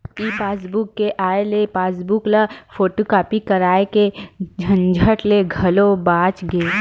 ई passbook के आए ले पासबूक ल फोटूकापी कराए के झंझट ले घलो बाच गे